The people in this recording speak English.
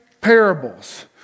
parables